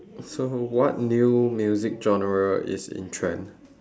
so what new music genre is in trend